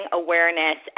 awareness